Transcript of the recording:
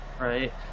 right